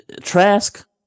Trask